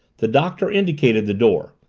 the doctor indicated the door.